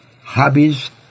hobbies